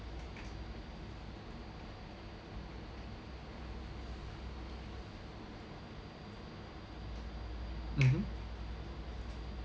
mmhmm